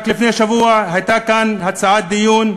רק לפני שבוע הייתה כאן הצעת דיון,